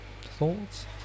Thoughts